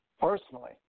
personally